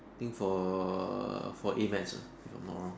think for err for A maths uh if not wrong